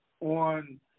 on